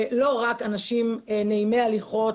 לא רק אנשים נעימי הליכות